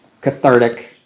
cathartic